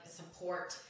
support